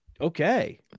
Okay